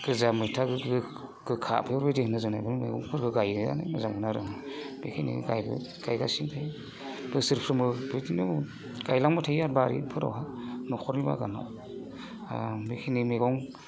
गोजा मैथा गोखा बेफोरबायदि होनो जोंना बेफोर मैगंफोरखौ गायनो मोजां मोनो आरो आङो बेखिनि गायगासिनो गायो बोसोरफ्रोमबो बिदिनो गायलांबाय थायो आरो बारिफोरावहा न'खरनि बागानाव आं बेखिनि मैगं